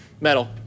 Metal